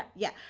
yeah.